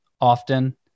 often